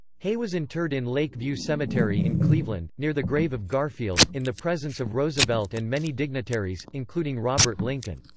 hay was interred in lake view cemetery in cleveland, near the grave of garfield, in the presence of roosevelt and many dignitaries, including robert lincoln.